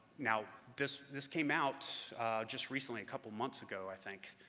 now this this came out just recently, a couple months ago, i think.